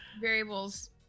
variables